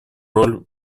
роль